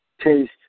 taste